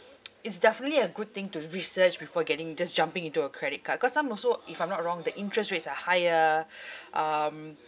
it's definitely a good thing to research before getting just jumping into a credit card cause some also if I'm not wrong the interest rates are higher um